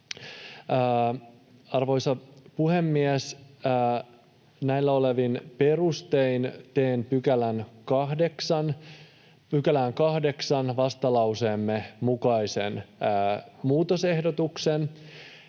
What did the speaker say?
Arvoisa puhemies! Näillä perustein teen 8 §:ään vastalauseemme mukaisen muutosehdotuksen.